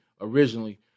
originally